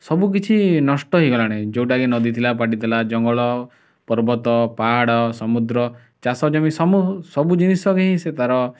ସବୁ କିଛି ନଷ୍ଟ ହେଇଗଲାଣି ଯେଉଁଟାକି ନଦୀ ଥିଲା ପାଟି ଥିଲା ଜଙ୍ଗଲ ପର୍ବତ ପାହାଡ଼ ସମୁଦ୍ର ଚାଷ ଜମି ସବୁ ସବୁ ଜିନିଷ ହିଁ ସେ ତାର